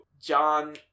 John